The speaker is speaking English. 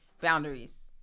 boundaries